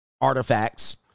artifacts